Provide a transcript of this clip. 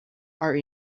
are